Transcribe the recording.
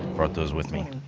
brought those with me.